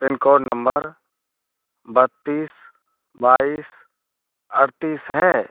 pin code number बत्तीस बाईस अड़तीस है